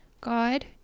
God